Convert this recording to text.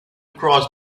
cross